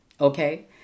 Okay